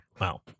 Wow